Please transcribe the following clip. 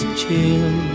chill